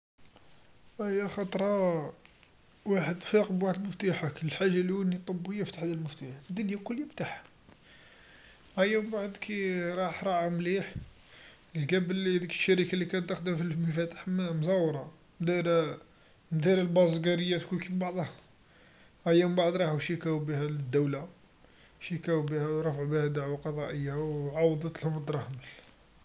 أيا خطرا واحد فاق بوحد المفتيحا، الحاجه لولا يطب و يفتح هذا المفتاح، الدنيا الكل يفتح، أيا مبعد كيراح راح مليح، لقى بلي هاذيك الشركه لكانت تخدم في المفاتح ما مزورا دايرا البازقريات الكل في بعضاها، أيا مبعد راحو شيكاو بيها للدوله، شيكاو بيها راحو بيها دعوا قضائيا و عوضتلهم الدراهم.